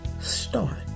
start